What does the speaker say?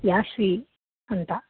ಯಾಶ್ವಿ ಅಂತ